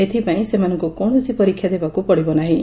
ଏଥିପାଇଁ ସେମାନଙ୍କୁ କୌଣସି ପରୀକ୍ଷା ଦେବାକ ପଡ଼ିବ ନାହିଁ